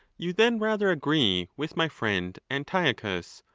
you then rather agree with my friend antiochus,